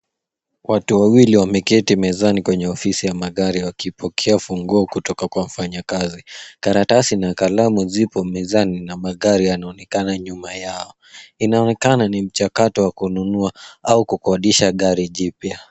Watu wawili wameketi mezani kwenye ofisi ya magari wakipokea funguo kutoka kwa mfanyakazi. Karatasi na kalamu zipo mezani na magari yanaonekana nyuma yao. Inaonekana ni mchakato wa kununua au kukodisha gari jipya.